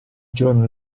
giorno